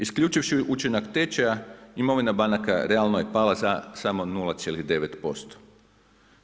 Isključivši učinak tečaja imovina banaka realno je pala za samo 0,9%